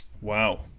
Wow